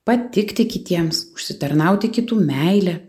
patikti kitiems užsitarnauti kitų meilę